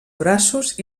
braços